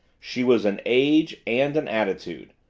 she was an age and an attitude,